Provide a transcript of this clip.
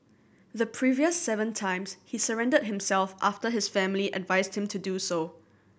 the previous seven times he surrendered himself after his family advised him to do so